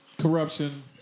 corruption